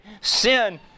sin